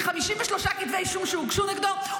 מ-53 כתבי אישום שהוגשו נגדו,